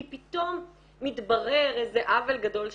כי פתאום מתברר איזה עוול גדול שנעשה.